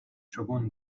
شگون